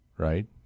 Right